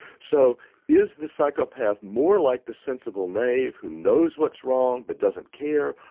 so is the psychopath more like the sensible knave who knows what's wrong but doesn't care?